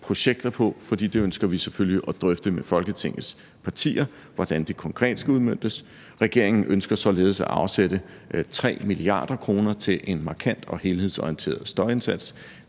projekter på, fordi vi selvfølgelig ønsker at drøfte med Folketingets partier, hvordan det konkret skal udmøntes. Regeringen ønsker således at afsætte 3 mia. kr. til en markant og helhedsorienteret støjindsats.